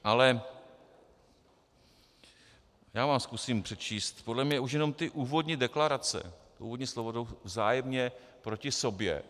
Ale já vám zkusím přečíst... podle mě už jenom úvodní deklarace, úvodní slova jdou vzájemně proti sobě.